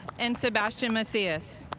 and sebastian macias.